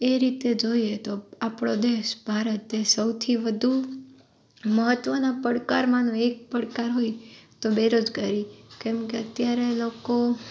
એ રીતે જોઈએ તો આપણો દેશ ભારત એ સૌથી વધુ મહત્વના પડકારમાંનો એક પડકાર હોય તો બેરોજગારી કેમકે અત્યારે લોકો